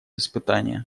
испытания